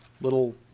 little